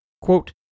Quote